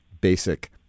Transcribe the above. basic